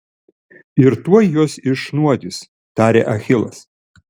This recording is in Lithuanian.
ir tuoj juos išnuodys tarė achilas